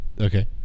Okay